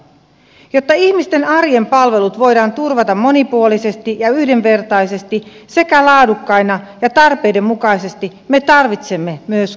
jotta ihmisten arjen palvelut voidaan turvata monipuolisesti ja yhdenvertaisesti sekä laadukkaina ja tarpeiden mukaisesti me tarvit semme myös kuntauudistuksen